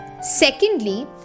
Secondly